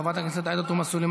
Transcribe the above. קולטורה, תלמד,